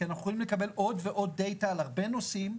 כי אנחנו עלולים לקבל עוד ועוד data על הרבה נושאים,